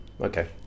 okay